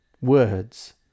words